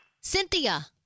Cynthia